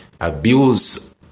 abuse